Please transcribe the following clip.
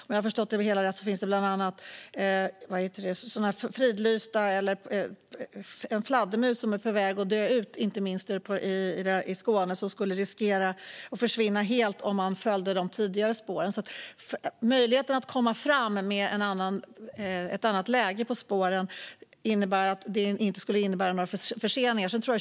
Om jag har förstått det hela rätt finns det bland annat en fladdermus som är på väg att dö ut, inte minst i Skåne, och som skulle riskera att försvinna helt om man följde de tidigare spåren. Möjligheten att komma fram med ett annat läge på spåren innebär att det inte skulle bli några förseningar.